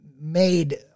made